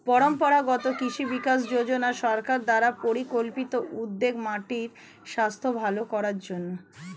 পরম্পরাগত কৃষি বিকাশ যোজনা সরকার দ্বারা পরিকল্পিত উদ্যোগ মাটির স্বাস্থ্য ভাল করার জন্যে